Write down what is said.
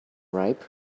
ripe